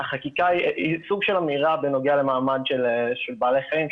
החקיקה היא סוג של אמירה בנוגע למעמד של בעלי החיים,